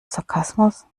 sarkasmus